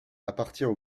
appartient